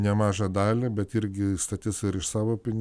nemažą dalį bet irgi statys ir iš savo pini